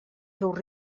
seus